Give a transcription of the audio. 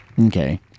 okay